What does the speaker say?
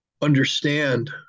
understand